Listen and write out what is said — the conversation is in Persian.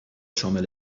شامل